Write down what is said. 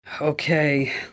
Okay